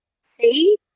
See